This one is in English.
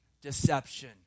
deception